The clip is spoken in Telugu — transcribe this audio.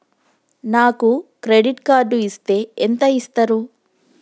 నాకు క్రెడిట్ కార్డు ఇస్తే ఎంత ఇస్తరు?